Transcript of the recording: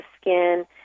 skin